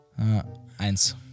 Eins